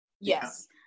Yes